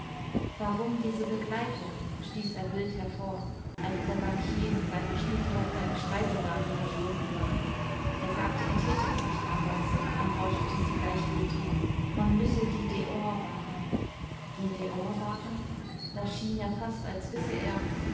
warum diese begleitung stieß er wild hervor als der bankier mit seiner stieftochter im speisewagen verschwunden war er sagte er täte es nicht anders antwortete sie gleichgültig man müsse die dehors wahren die dehors wahren das schien ja fast als wisse er